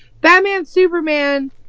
Batman-Superman